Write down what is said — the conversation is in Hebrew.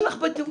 נקודה.